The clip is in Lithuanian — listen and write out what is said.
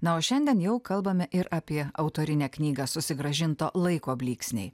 na o šiandien jau kalbame ir apie autorinę knygą susigrąžinto laiko blyksniai